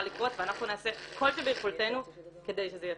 לקרות ואנחנו נעשה כל שביכולתנו כדי שזה יתחיל.